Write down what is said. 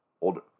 Older